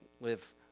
live